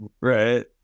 Right